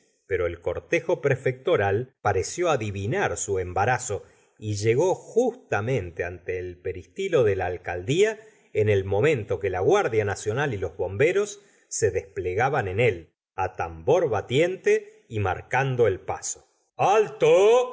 pero el cortejo prefectoral pareció adivinar su embarazo y llegó justamente ante el peristilo de la alcaldía en el momento que la guardia nacional y los bomberos se desplegaban en él á tambor batiente y marcando el paso alto